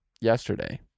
yesterday